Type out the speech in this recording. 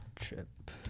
trip